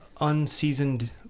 unseasoned